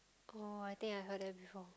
orh I think I heard that before